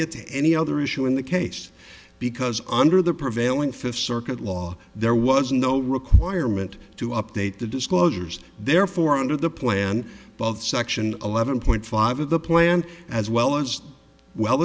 to any other issue in the case because under the prevailing fifth circuit law there was no requirement to update the disclosures therefore under the plan both section eleven point five of the plan as well as well